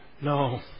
No